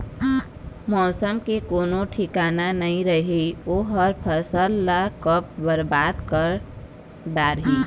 मउसम के कोनो ठिकाना नइ रहय ओ ह फसल ल कब बरबाद कर डारही